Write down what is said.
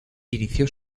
inició